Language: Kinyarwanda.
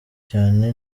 cyane